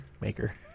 Maker